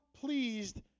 pleased